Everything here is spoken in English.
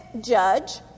judge